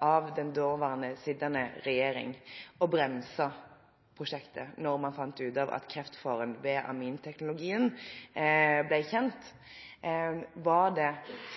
av den daværende regjeringen å bremse prosjektet da man ble kjent med kreftfaren ved aminteknologien? Var det